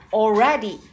already